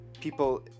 people